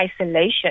isolation